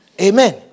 Amen